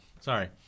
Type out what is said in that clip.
Sorry